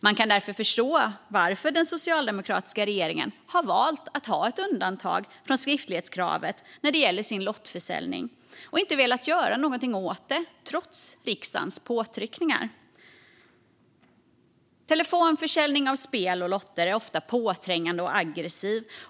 Man kan därför förstå varför den socialdemokratiska regeringen har valt att ha ett undantag från skriftlighetskravet när det gäller lottförsäljningen och att de inte velat göra någonting åt detta trots riksdagens påtryckningar. Telefonförsäljning av spel och lotter är ofta påträngande och aggressiv.